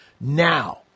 now